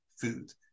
food